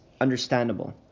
understandable